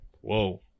Whoa